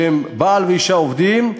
שהם בעל ואישה עובדים,